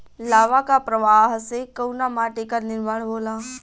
लावा क प्रवाह से कउना माटी क निर्माण होला?